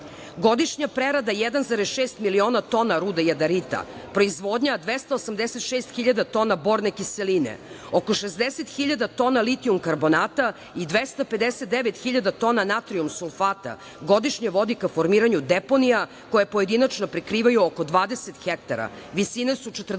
Godišnja prerada 1,6 miliona tona ruda jadarita, proizvodnja 286.000 tona borne kiseline, oko 60.000 tona litijum karbonata i 259.000 natrijum sulfata, godišnje vodi ka formiranju deponija koje pojedinačno prikrivaju oko 20 hektara. Visine su 40